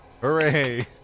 Hooray